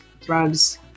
drugs